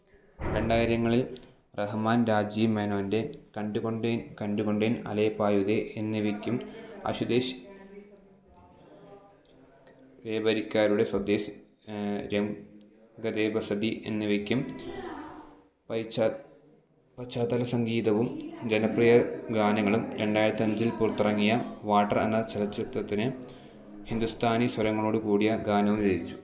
രണ്ടായിരങ്ങളിൽ റഹ്മാൻ രാജീവ് മേനോൻ്റെ കണ്ടുകൊണ്ടേന് കണ്ടുകൊണ്ടേന് അലൈപായുതേ എന്നിവയ്ക്കും അശുതോഷ് ഗോവരിക്കരുടെ സ്വദേശ് രംഗ് ദേ ബസന്തി എന്നിവയ്ക്കും പശ്ചാത്തലസംഗീതവും ജനപ്രിയ ഗാനങ്ങളും രണ്ടായിരത്തിയഞ്ചിൽ പുറത്തിറങ്ങിയ വാട്ടർ എന്ന ചലച്ചിത്രത്തിന് ഹിന്ദുസ്ഥാനി സ്വരങ്ങളോടുകൂടിയ ഗാനവും രചിച്ചു